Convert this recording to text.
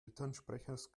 elternsprechers